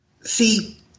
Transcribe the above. See